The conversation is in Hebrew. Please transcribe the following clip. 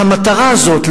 שהמטרה הזאת,